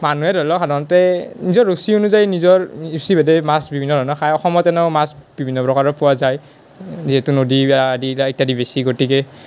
মানুহে ধৰি লওঁক সাধাৰণতে নিজৰ ৰুচি অনুযায়ী নিজৰ ৰুচি ভেদে মাছ বিভিন্ন ধৰণৰ খায় অসমত এনেও মাছ বিভিন্ন প্ৰকাৰৰ পোৱা যায় যিহেতু নদী বা বিল ইত্যাদি বেছি গতিকে